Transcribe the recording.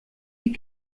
sie